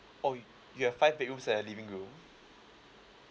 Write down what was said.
oh you have five bedrooms and a living room